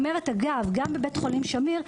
אחת הסוגיות שנבחנות גם בבית חולים שמיר,